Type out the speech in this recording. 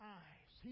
eyes